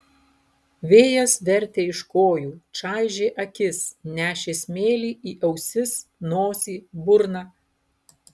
vėjas vertė iš kojų čaižė akis nešė smėlį į ausis nosį burną